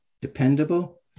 dependable